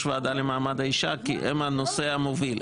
הוועדה למעמד האישה כי זה הנושא המוביל.